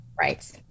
Right